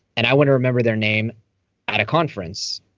and i want to remember their name at a conference.